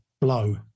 blow